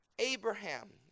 Abraham